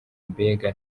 mbega